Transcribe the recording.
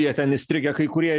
jie ten įstrigę kai kurie